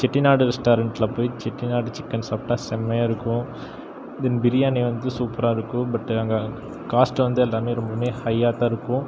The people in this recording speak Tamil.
செட்டிநாடு ரெஸ்ட்டாரண்ட்ல போய் சிக்கன் அடி சிக்கன் சாப்பிட்டா செம்மையாக இருக்கும் தென் பிரியாணி வந்து சூப்பராக இருக்கும் பட் அங்கே காஸ்ட் வந்து எல்லாமே ரொம்பவுமே ஹையாகத்தான் இருக்கும்